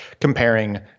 comparing